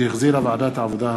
שהחזירה ועדת העבודה,